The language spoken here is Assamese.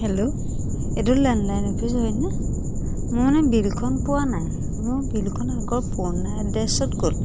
হেল্ল' এইটো লেণ্ডলাইন অফিচ হয়নে মোৰ মানে বিলখন পোৱা নাই মোৰ বিলখন আগৰ পুৰণা এড্ৰেছত গ'ল